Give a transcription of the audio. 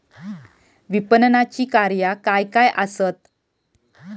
विपणनाची कार्या काय काय आसत?